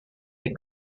des